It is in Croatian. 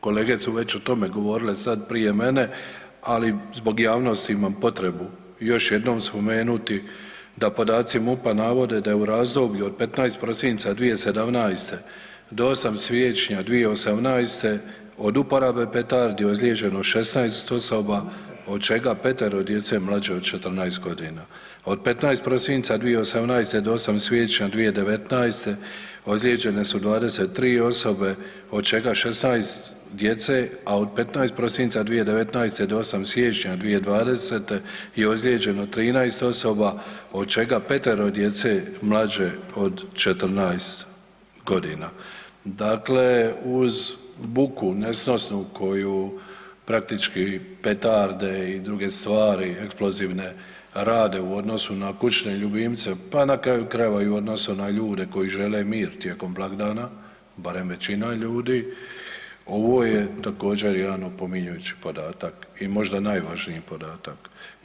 Kolege su već o tome govorile sad prije mene, ali zbog javnosti imamo potrebu još jednom spomenuti da podaci MUP-a navode da je u razdoblju od 15. prosinca 2017. do 8. siječnja 2018. od uporabe petardi ozlijeđeno 16 osoba, od čega 5-ero djece mlađe od 14.g. Od 15. prosinca 2018. do 8. siječnja 2019. ozlijeđene su 23 osobe od čega 16 djece, a od 15. prosinca 2019. do 8. siječnja 2020. je ozlijeđeno 13 osoba od čega 5-ero djece mlađe od 14.g. Dakle, uz buku nesnosnu koju praktički petarde i druge stvari eksplozivne rade u odnosu na kućne ljubimce, pa na kraju krajeva i u odnosu na ljude koji žele mir tijekom blagdana, barem većina ljudi, ovo je također jedan opominjujući podatak i možda najvažniji podatak.